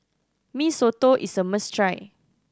Mee Soto is a must try